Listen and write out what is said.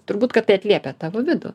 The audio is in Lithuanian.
turbūt kad tai atliepia tavo vidų